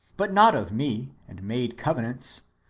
but not of me and made covenants,